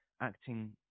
acting